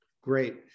Great